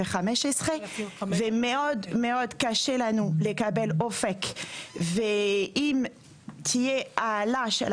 אין תקציב מוגדר ולכן אני חושב שהגיע הזמן להסדיר את